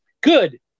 good